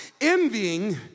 Envying